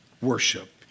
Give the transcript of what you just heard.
worship